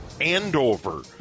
Andover